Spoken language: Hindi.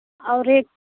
और एक